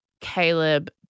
Caleb